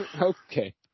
Okay